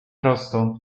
prosto